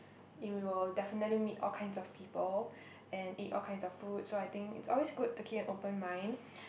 we will definitely meet all kinds of people and eat all kinds of food so I think it's always good to keep an open mind